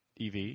EV